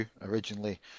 originally